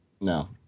No